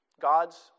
God's